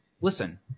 listen